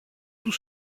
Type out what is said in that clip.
tout